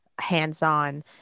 hands-on